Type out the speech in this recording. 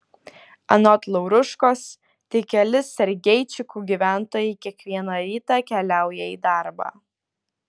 anot lauruškos tik keli sergeičikų gyventojai kiekvieną rytą keliauja į darbą